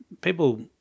people